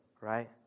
right